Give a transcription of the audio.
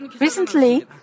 Recently